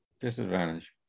Disadvantage